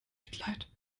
mitleid